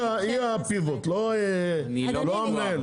אתה מבין איפה הבעיה, היא הפיבוט לא המנהל.